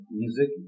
music